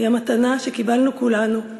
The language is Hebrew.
היא המתנה שקיבלנו כולנו,